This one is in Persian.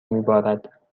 میبارد